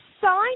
sign